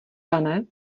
pane